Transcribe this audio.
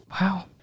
Wow